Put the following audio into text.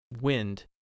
wind